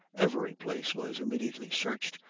every place was immediately searched,